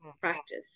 practice